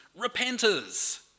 repenters